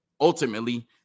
ultimately